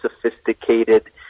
sophisticated